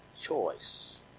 choice